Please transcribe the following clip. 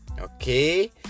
Okay